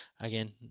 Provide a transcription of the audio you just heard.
Again